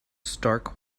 stark